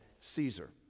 Caesar